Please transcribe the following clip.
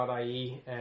Ie